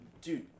dude